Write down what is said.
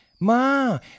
Ma